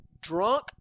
drunk